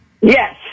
Yes